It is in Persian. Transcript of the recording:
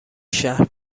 شهر